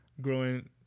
growing